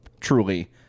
truly